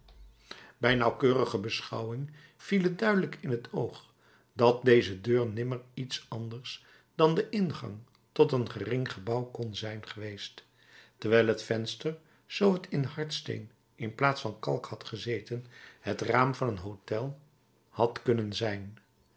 bij nauwkeurige beschouwing viel het duidelijk in t oog dat deze deur nimmer iets anders dan de ingang tot een gering gebouw kon zijn geweest terwijl het venster zoo het in hardsteen in plaats van kalk had gezeten het raam van een hôtel had kunnen zijn